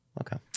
okay